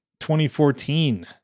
2014